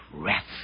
breath